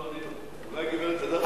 לא, אני לא, אולי גברת אדטו.